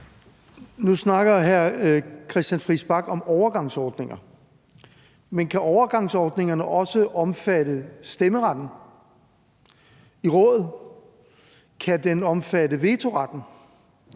Nu snakker hr. Christian Friis Bach om overgangsordninger. Men kan overgangsordningerne også omfatte stemmeretten i Rådet? Kan de omfatte vetoretten?